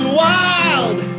wild